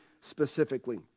specifically